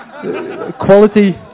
Quality